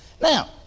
Now